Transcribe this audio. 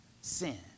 sin